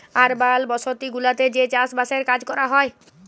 আরবাল বসতি গুলাতে যে চাস বাসের কাজ ক্যরা হ্যয়